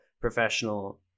professional